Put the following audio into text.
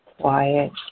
quiet